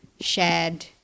shared